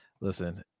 listen